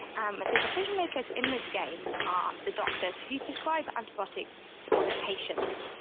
um but the decision-makers in this game are the doctors who prescribe antibiotics for their patients.